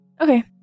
Okay